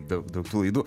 daug daug laidų